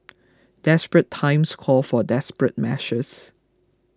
desperate times call for desperate measures